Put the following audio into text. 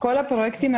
בכל מקרה,